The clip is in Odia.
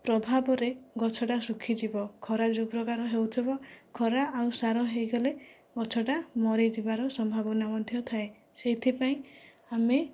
ପ୍ରଭାବରେ ଗଛଟା ଶୁଖିଯିବ ଖରା ଯେଉଁ ପ୍ରକାର ହେଉଥିବ ଖରା ଆଉ ସାର ହୋଇଗଲେ ଗଛଟା ମରିଯିବାର ସମ୍ଭାବନା ମଧ୍ୟ ଥାଏ ସେଥିପାଇଁ ଆମେ